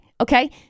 okay